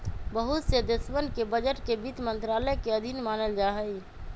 बहुत से देशवन के बजट के वित्त मन्त्रालय के अधीन मानल जाहई